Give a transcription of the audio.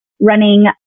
running